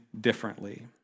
differently